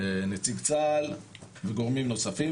נציג צה"ל וגורמים נוספים,